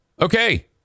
okay